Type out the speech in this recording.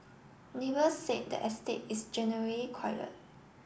neighbours said the estate is generally quiet